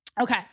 Okay